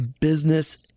Business